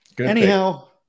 Anyhow